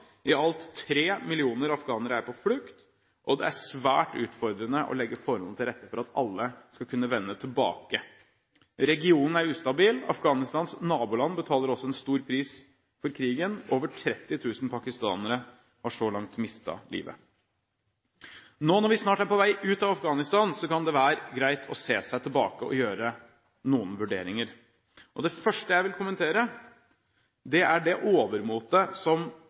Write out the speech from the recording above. i alt 3 millioner afghanere er på flukt, og det er svært utfordrende å legge forholdene til rette for at alle skal kunne vende tilbake. Regionen er ustabil. Afghanistans naboland betaler også en stor pris for krigen. Over 30 000 pakistanere har så langt mistet livet. Nå når vi snart er på vei ut av Afghanistan, kan det være greit å se seg tilbake og gjøre noen vurderinger. Det første jeg vil kommentere, er det overmotet som